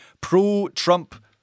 pro-Trump